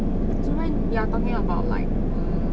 so when you are talking about like mm